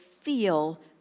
feel